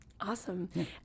Awesome